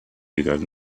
because